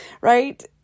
right